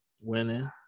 winning